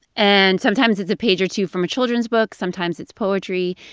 and sometimes it's a page or two from a children's book. sometimes it's poetry.